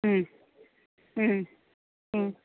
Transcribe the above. മ്മ് മ്മ് മ്മ്